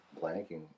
blanking